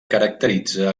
caracteritza